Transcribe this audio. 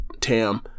Tam